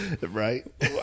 right